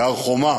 להר-חומה